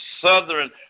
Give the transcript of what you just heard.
southern